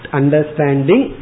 understanding